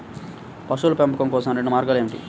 పశువుల పెంపకం కోసం రెండు మార్గాలు ఏమిటీ?